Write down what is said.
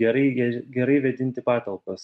gerai gerai vėdinti patalpas